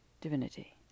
divinity